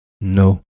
no